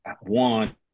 One